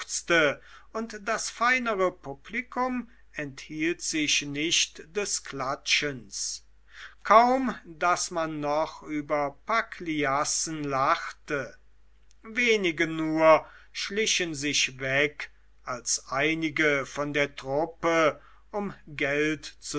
und das feinere publikum enthielt sich nicht des klatschens kaum daß man noch über pagliassen lachte wenige nur schlichen sich weg als einige von der truppe um geld